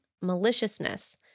maliciousness